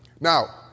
Now